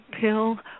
pill